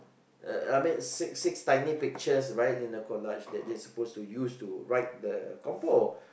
uh I mean six six tiny pictures right in a collage that they supposed to use to write the compo